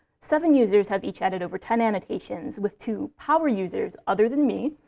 seven users have each added over ten annotations, with two power users, other than me,